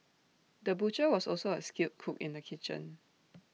the butcher was also A skilled cook in the kitchen